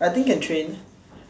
I think can train